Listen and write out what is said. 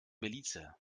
belize